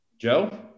Joe